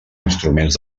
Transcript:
instruments